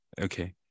Okay